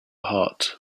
heart